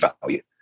value